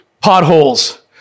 potholes